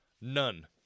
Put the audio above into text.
None